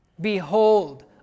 Behold